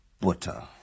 Butter